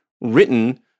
written